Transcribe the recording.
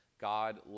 God